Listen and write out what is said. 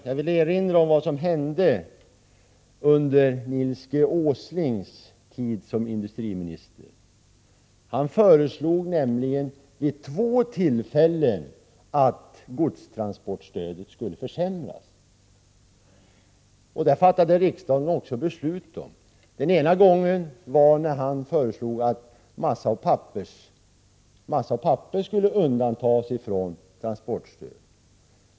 Jag vill erinra om vad som hände under Nils G. Åslings tid som industriminister. Han föreslog nämligen vid två tillfällen att godstransportstödet skulle försämras. Det fattade riksdagen också beslut om. Den ena gången var när han föreslog att massa och papper skulle undantas från transportstöd.